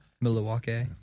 Milwaukee